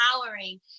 empowering